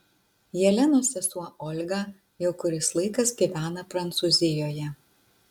jelenos sesuo olga jau kuris laikas gyvena prancūzijoje